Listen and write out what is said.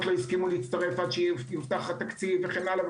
לא הסכימו להצטרף עד שיובטח התקציב וכן הלאה.